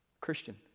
Christian